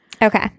Okay